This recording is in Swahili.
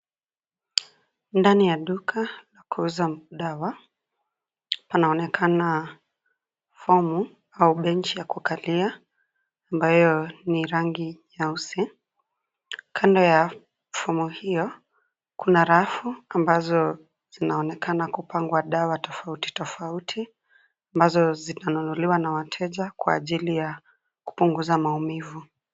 Ndani ya duka la kuuza dawa. Panaonekana fomu au bench ya kukalia ambayo ni rangi nyeusi. Kando ya fomu hio kuna rafu ambazo zinaonekana kupangwa dawa tofauti tofauti ambazo zinanunuliwa na wateja kwa ajili ya kupunguza maumivu.